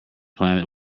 planet